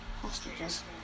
hostages